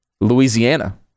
louisiana